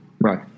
right